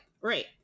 Right